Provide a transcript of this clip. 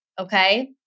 Okay